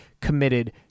committed